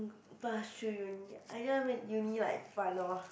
pass through uni I just want make uni like fun lor